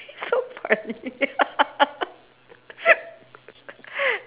so funny